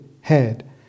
head